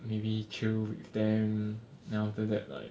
maybe chill with them then after that like